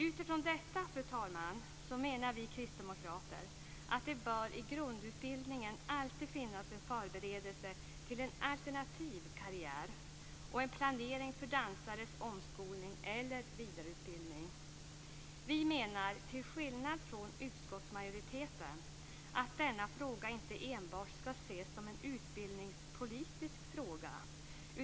Utifrån detta, fru talman, menar vi kristdemokrater att det i grundutbildningen alltid bör finnas en förberedelse till en alternativ karriär och en planering för dansares omskolning eller vidareutbildning. Till skillnad från utskottsmajoriteten menar vi att denna fråga inte enbart skall ses som en utbildningspolitisk fråga.